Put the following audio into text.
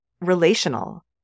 relational